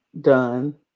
done